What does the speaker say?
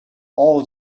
all